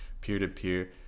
peer-to-peer